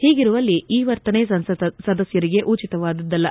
ಹೀಗಿರುವಲ್ಲಿ ಈ ವರ್ತನೆ ಸಂಸತ್ ಸದಸ್ಟರಿಗೆ ಉಚಿತವಾದುದ್ದಲ್ಲ